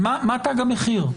מה תג המחיר?